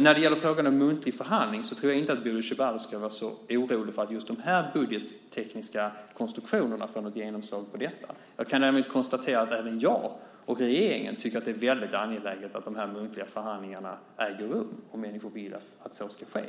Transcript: När det gäller frågan om muntlig förhandling tror jag inte att Bodil Ceballos ska vara så orolig för att just dessa budgettekniska konstruktioner får något genomslag på detta. Jag kan däremot konstatera att även jag och regeringen tycker att det är väldigt angeläget att dessa muntliga förhandlingar äger rum om människor vill att det ska ske.